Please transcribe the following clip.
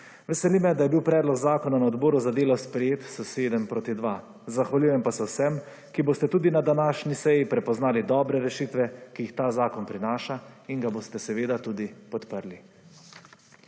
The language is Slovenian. Veseli me, da je bil predlog zakona na Odboru za delo sprejet s 7 proti 2. Zahvaljujem pa se vsem, ki boste tudi na današnji seji prepoznali dobre rešitve, ki jih ta zakon prinaša in ga boste seveda tudi podprli.